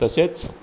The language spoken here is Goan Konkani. तशेंच